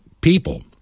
people